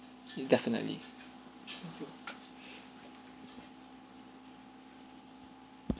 hmm definitely